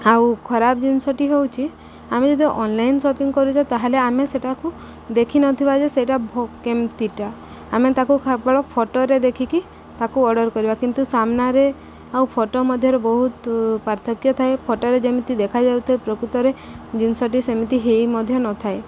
ଆଉ ଖରାପ ଜିନିଷଟି ହେଉଛି ଆମେ ଯଦି ଅନ୍ଲାଇନ୍ ସପିଙ୍ଗ କରୁଛେ ତା'ହେଲେ ଆମେ ସେଟାକୁ ଦେଖିନଥିବା ଯେ ସେଇଟା କେମିତିଟା ଆମେ ତାକୁ କେବଳ ଫଟୋରେ ଦେଖିକି ତାକୁ ଅର୍ଡ଼ର୍ କରିବା କିନ୍ତୁ ସାମ୍ନାରେ ଆଉ ଫଟୋ ମଧ୍ୟରେ ବହୁତ ପାର୍ଥକ୍ୟ ଥାଏ ଫଟୋରେ ଯେମିତି ଦେଖାଯାଉଥଏ ପ୍ରକୃତରେ ଜିନିଷଟି ସେମିତି ହେଇ ମଧ୍ୟ ନଥାଏ